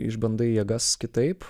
išbandai jėgas kitaip